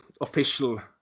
official